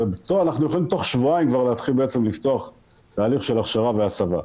אנחנו יכולים תוך שבועיים כבר להתחיל בעצם לפתוח תהליך של הכשרה והסבה.